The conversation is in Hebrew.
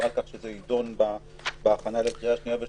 על כך שזה יידון בהכנה לקריאה שנייה ושלישית,